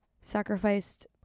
sacrificed